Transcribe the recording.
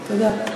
תודה.